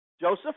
Joseph